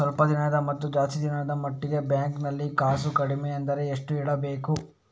ಸ್ವಲ್ಪ ದಿನದ ಮತ್ತು ಜಾಸ್ತಿ ದಿನದ ಮಟ್ಟಿಗೆ ಬ್ಯಾಂಕ್ ನಲ್ಲಿ ಕಾಸು ಕಡಿಮೆ ಅಂದ್ರೆ ಎಷ್ಟು ಇಡಬೇಕು?